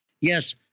Yes